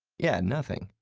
yeah, nothing.